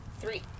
Three